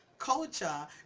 culture